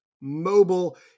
Mobile